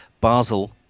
Basel